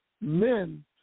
men